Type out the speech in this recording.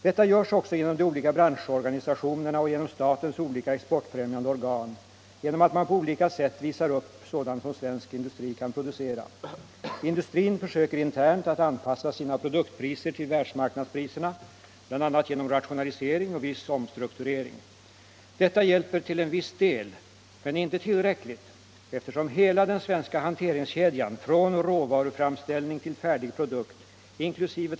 Detta görs också genom de olika branschorganisationerna och genom statens olika exportfrämjande organ, i det att man på olika sätt visar upp sådant som svensk industri kan producera. Industrin försöker internt att anpassa sina produktpriser till världsmarknadspriserna, bl.a. genom rationalisering och viss omstrukturering. Detta hjälper till viss del men inte tillräckligt, eftersom hela den svenska hanteringskedjan från råva debatt debatt ruframställning till färdig produkt inkl.